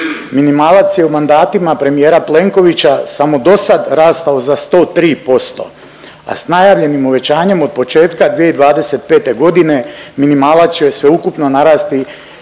Minimalac je u mandatima premijera Plenkovića, samo do sad rastao za 103%, a s najavljenim uvećanjem od početka 2025. godine, minimalac će sveukupno narasti